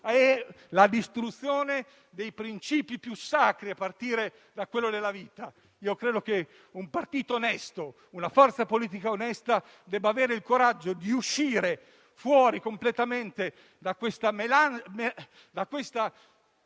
la distruzione dei principi più sacri, a partire da quello alla vita. Io credo che un partito onesto, una forza politica onesta, debba avere il coraggio di uscire completamente da questa